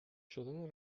شدن